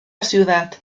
ciudad